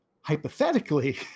hypothetically